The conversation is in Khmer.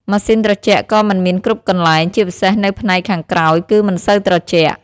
ម៉ាស៊ីនត្រជាក់ក៏មិនមានគ្រប់កន្លែង ជាពិសេសនៅផ្នែកខាងក្រោយគឺមិនសូវត្រជាក់។